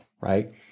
right